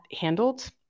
handled